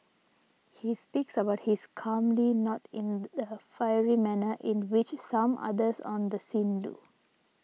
he speaks about this calmly not in the fiery manner in which some others on the scene do